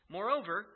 Moreover